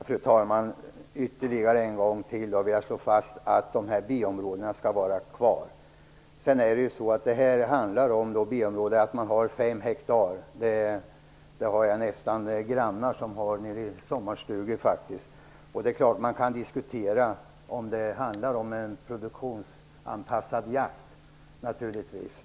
Fru talman! Jag vill ytterligare en gång slå fast att B-områdena skall vara kvar. Ett B-område innebär att man innehar 5 hektar. Det har jag grannar som har vid sina sommarstugor. Det är klart att man kan diskutera om det är fråga om en produktionsanpassad jakt.